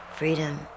Freedom